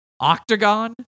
octagon